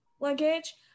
luggage